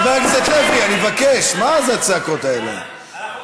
זו אותה ממשלה,